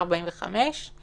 גם